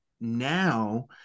now